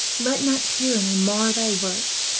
let not tyranny mar thy work,